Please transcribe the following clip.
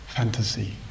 fantasy